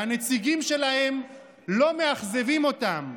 והנציגים שלהם לא מאכזבים אותם.